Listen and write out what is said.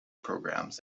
programs